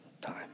time